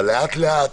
אבל לאט-לאט,